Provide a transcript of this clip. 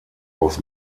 aus